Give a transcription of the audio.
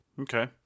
Okay